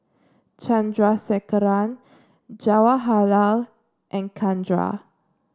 Chandrasekaran Jawaharlal and Chandra